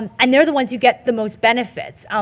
and and they're the ones who get the most benefits.